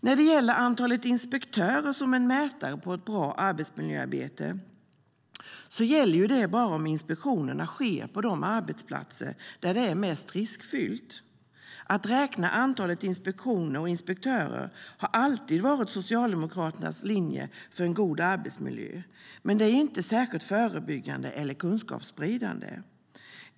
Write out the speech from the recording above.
När det gäller antalet inspektörer som en mätare på ett bra arbetsmiljöarbete gäller detta bara om inspektionerna sker på de arbetsplatser där det är mest riskfyllt. Att räkna antalet inspektioner och inspektörer har alltid varit Socialdemokraternas linje för en god arbetsmiljö, men det är inte särskilt förebyggande eller kunskapsspridande.